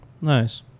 Nice